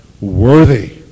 worthy